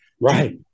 Right